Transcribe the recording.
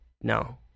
no